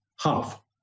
half